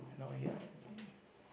I know why you're angry